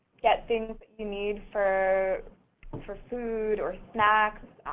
get things you need for and for food or snacks,